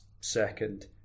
second